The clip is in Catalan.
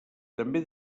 també